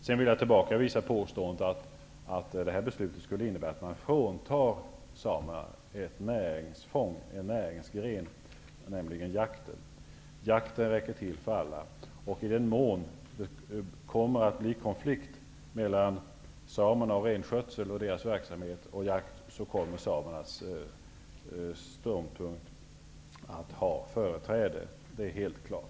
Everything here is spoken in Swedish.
Sedan vill jag tillbakavisa påståendet att ett beslut här skulle innebära att samerna fråntas ett näringsfång, en näringsgren: jakten. Men jakten räcker till för alla. I den mån det blir en konflikt mellan samerna och deras renskötsel å ena sidan och jakten å andra sidan, kommer samernas ståndpunkt att ha företräde. Det är helt klart.